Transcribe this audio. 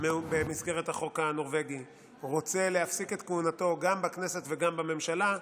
במסגרת החוק הנורבגי רוצה להפסיק את כהונתו גם בכנסת וגם בממשלה,